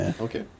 Okay